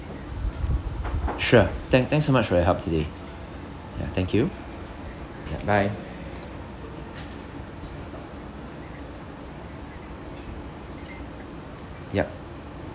sure thank thanks so much for your help today ya thank you ya bye yup